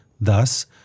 Thus